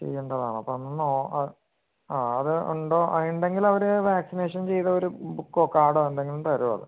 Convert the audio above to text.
ചെയ്യണ്ടതാണ് അപ്പം ഒന്ന് ഓ ആത് ഉണ്ടോ ഉണ്ടെങ്കിൽ അവർ വാക്സിനേഷൻ ചെയ്ത ഒരു ബുക്കോ കാർഡോ എന്തെങ്കിലും തരികയുള്ളൂ